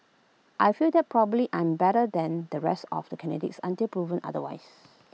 I feel that probably I am better than the rest of the candidates until proven otherwise